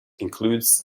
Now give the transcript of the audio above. include